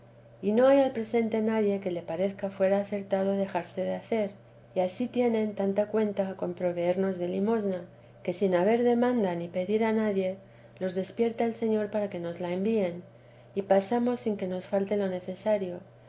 y no hay al presente nadie que le parezca fuera acertado dejarse de hacer y ansí tienen tanta cuenta con proveernos de limosna que sin haber demanda ni pedir a nadie los despierta el señor para que nos la envíen y pasamos sin que nos falte lo necesario